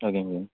ஓகேங்க சார்